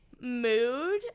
mood